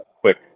quick